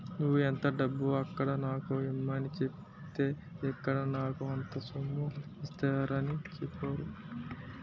నువ్వు ఎంత డబ్బు అక్కడ నాకు ఇమ్మని సెప్పితే ఇక్కడ నాకు అంత సొమ్ము ఇచ్చేత్తారని చెప్పేరు